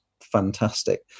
fantastic